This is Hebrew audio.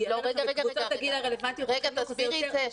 רגע, תסבירי את זה.